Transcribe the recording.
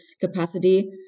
capacity